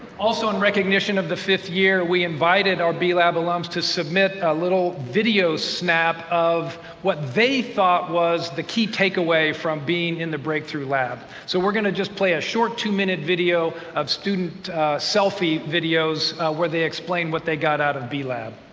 also, in recognition of the fifth year, we invited our b-lab alums to submit a little video snap of what they thought was the key takeaway from being in the breakthrough lab. so we're going to just play a short two-minute video of student selfie videos where they explain what they got out of b-lab.